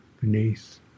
beneath